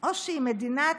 או שהיא מדינת